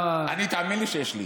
אני, תאמין לי שיש לי.